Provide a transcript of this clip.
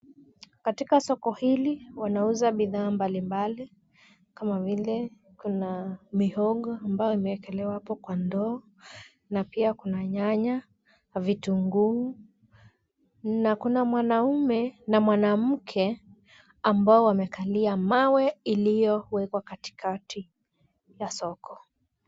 Katika soko hili wanauza bidhaa mbalimbali kama vile kuna mihogo ambayo imewekelewa hapo kwa ndoo na pia kuna nyanya na vitunguu na kuna mwanaume na mwanamke ambao wamekalia mawe iliyowekwa katikati ya soko.